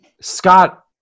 Scott